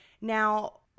Now